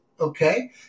Okay